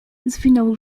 zwinął